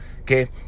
okay